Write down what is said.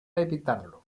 evitarlo